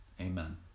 Amen